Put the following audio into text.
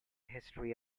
history